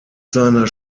seiner